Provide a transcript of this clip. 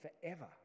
forever